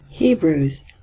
hebrews